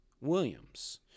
williams